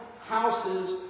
houses